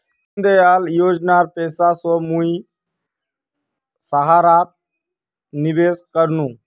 दीनदयाल योजनार पैसा स मुई सहारात निवेश कर नु